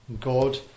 God